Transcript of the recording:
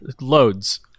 Loads